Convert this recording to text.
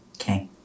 Okay